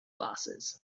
glasses